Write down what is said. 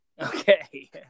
Okay